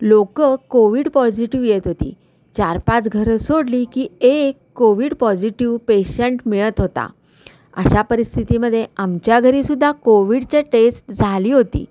लोक covid positive येत होती चार पाच घरं सोडली की एक कोविड पॉझिटिव पेशंट मिळत होता अशा परिस्थितीमध्ये आमच्या घरीसुद्धा कोविडच्या टेस्ट झाली होती